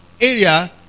area